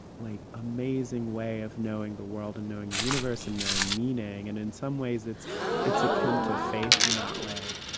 like, amazing way of knowing the world and knowing the universe and knowing meaning. and in some ways, it's it's akin to faith in that way.